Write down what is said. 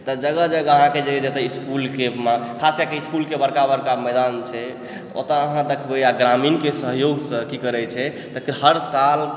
तऽ जगह जगह अहाँके जतऽ इसकुलके खास कए कऽ इसकुलके बड़का बड़का मैदान छै ओतय अहाँ देखबै आओर ग्रामीणकेँ सहयोगसँ की करै छै कि हर साल ठण्डा